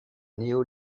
néo